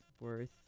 worth